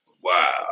Wow